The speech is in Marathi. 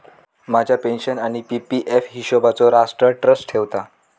माझ्या पेन्शन आणि पी.पी एफ हिशोबचो राष्ट्र ट्रस्ट ठेवता